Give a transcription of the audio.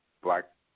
black